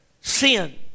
sin